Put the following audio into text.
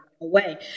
away